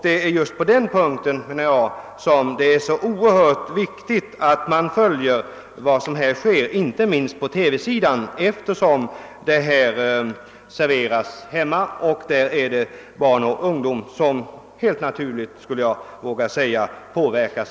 Det är just på den punkten som det enligt min mening är så oerhört viktigt, att man följer vad som sker inte minst på TV-sidan, eftersom vad som visas i TV ses i hemmen, där det helt naturligt är barn och ungdom som påverkas.